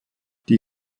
die